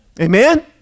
Amen